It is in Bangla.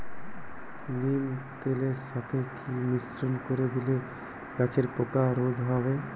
নিম তেলের সাথে কি মিশ্রণ করে দিলে গাছের পোকা রোধ হবে?